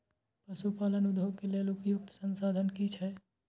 पशु पालन उद्योग के लेल उपयुक्त संसाधन की छै?